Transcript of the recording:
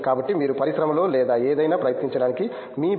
కాబట్టి మీరు పరిశ్రమలో లేదా ఏదైనా ప్రయత్నించడానికి మీ బి